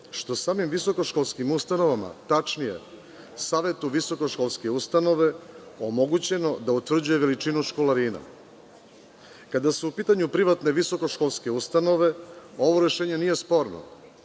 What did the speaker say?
je samim visokoškolskim ustanovama, tačnije savetu visokoškolske ustanove omogućeno da utvrđuje veličinu školarina. Kada su u pitanju privatne visokoškolske ustanove, ovo rešenje nije sporno.